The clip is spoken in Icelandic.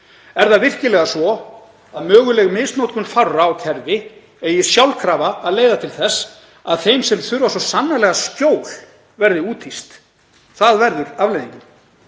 Er það virkilega svo að möguleg misnotkun fárra á kerfi eigi sjálfkrafa að leiða til þess að þeim sem þurfa svo sannarlega skjól verði úthýst? Það verður afleiðingin.